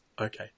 Okay